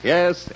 Yes